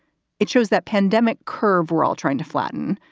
it shows that pandemic curve we're all trying to flatten,